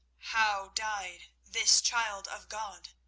how died this child of god?